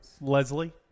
Leslie